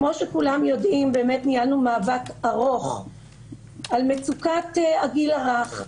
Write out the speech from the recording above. כמו שכולם יודעים ניהלנו מאבק ארוך על מצוקת הגיל הרך.